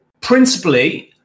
principally